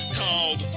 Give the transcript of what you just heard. called